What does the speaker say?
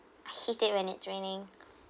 hate it when it's raining